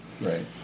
Right